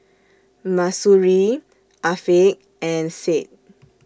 Mahsuri Afiq and Said